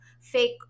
fake